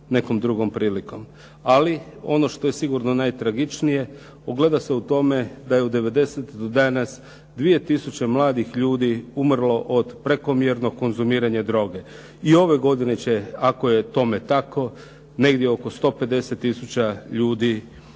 nekom drugom prilikom. Ali ono što je sigurno najtragičnije ogleda se u tome da je od devedesete do danas 2000 mladih ljudi umrlo od prekomjernog konzumiranja droge. I ove godine će ako je tome tako negdje oko 150000 ljudi